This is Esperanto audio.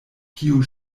kiu